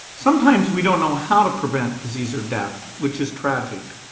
sometimes we don't know how to prevent disease or death, which is tragic.